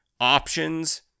options